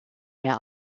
mehr